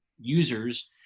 users